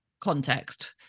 context